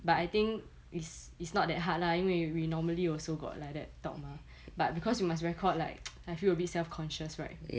but I think it's it's not that hard lah 因为 we normally also got like that talk mah but because we must record like I feel a bit self conscious right